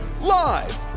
live